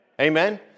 Amen